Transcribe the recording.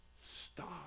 stop